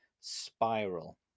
spiral